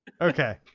okay